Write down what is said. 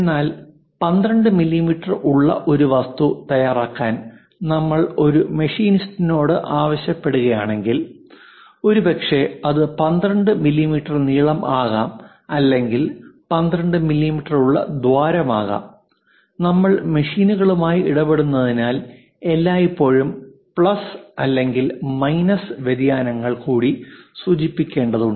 എന്നാൽ 12 മില്ലീമീറ്റർ ഉള്ള ഒരു വസ്തു തയ്യാറാക്കാൻ നമ്മൾ ഒരു മെഷീനിസ്റ്റിനോട് ആവശ്യപ്പെടുകയാണെങ്കിൽ ഒരുപക്ഷേ അത് 12 മില്ലീമീറ്റർ നീളം ആകാം അല്ലെങ്കിൽ 12 മില്ലീമീറ്റർ ഉള്ള ദ്വാരമാകാം നമ്മൾ മെഷീനുകളുമായി ഇടപെടുന്നതിനാൽ എല്ലായ്പ്പോഴും പ്ലസ് അല്ലെങ്കിൽ മൈനസ് വ്യതിയാനങ്ങൾ കൂടി സൂചിപ്പിക്കേണ്ടതുണ്ട്